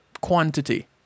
quantity